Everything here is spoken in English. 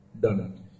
done